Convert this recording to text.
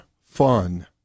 fun